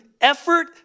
effort